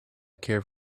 care